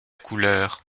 couleur